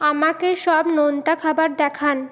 আমাকে সব নোনতা খাবার দেখান